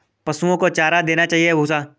पशुओं को चारा देना चाहिए या भूसा?